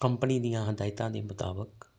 company ਦੀਆਂ ਹਦਾਇਤਾਂ ਦੇ ਮੁਤਾਬਕ